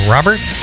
Robert